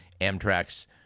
Amtrak's